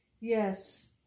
Yes